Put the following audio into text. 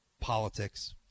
Politics